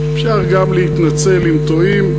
אפשר גם להתנצל אם טועים.